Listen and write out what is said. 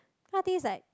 cause I think it's like